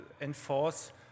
enforce